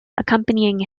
accompanying